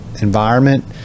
environment